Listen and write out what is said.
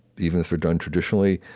even if they're done traditionally,